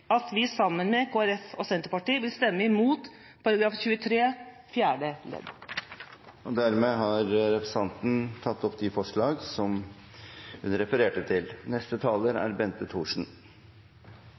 at vi sammen med Kristelig Folkeparti og Senterpartiet vil stemme imot § 23 fjerde ledd. Representanten Tone Merete Sønsterud har tatt opp de forslag hun refererte til.